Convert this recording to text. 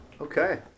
Okay